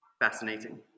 fascinating